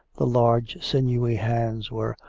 the large sinewy hands were,